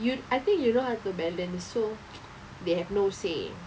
you I think you know how to balance so they have no say